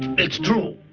it's true.